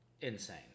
insane